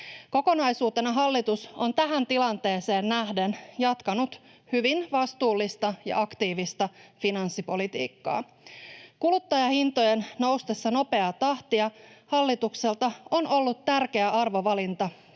Kokonaisuutena hallitus on tähän tilanteeseen nähden jatkanut hyvin vastuullista ja aktiivista finanssipolitiikkaa. Kuluttajahintojen noustessa nopeaa tahtia hallitukselta on ollut tärkeä arvovalinta tehdä toimia